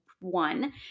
one